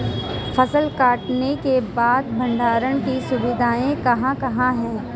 फसल कटाई के बाद भंडारण की सुविधाएं कहाँ कहाँ हैं?